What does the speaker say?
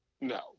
No